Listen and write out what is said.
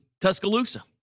Tuscaloosa